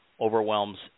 overwhelms